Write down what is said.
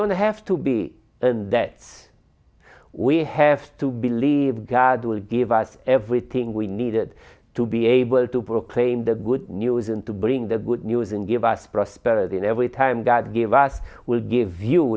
don't have to be and that we have to believe god will give us everything we needed to be able to proclaim the good news and to bring the good news and give us prosperity and every time god gave us we'll give you